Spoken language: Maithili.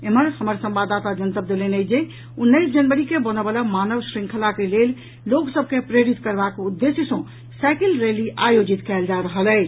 एम्हर हमर संवाददाता जनतब देलनि अछि जे उन्नैस जनवरी के बनऽ वला मानव श्रंखला के लेल लोक सभ के प्रेरित करबाक उद्देश्य सँ साईकिल रैली आयोजित कयल जा रहल अछि